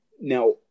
now